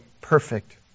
perfect